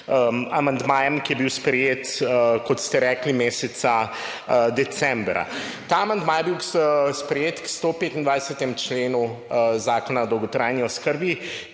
amandma, ki je bil sprejet, kot ste rekli, meseca decembra. Ta amandma je bil sprejet k 125. členu Zakona o dolgotrajni oskrbi,